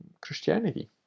Christianity